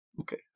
Okay